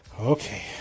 Okay